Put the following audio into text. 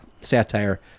satire